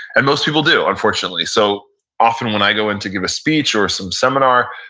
and most people do, unfortunately so often when i go into give a speech or some seminar,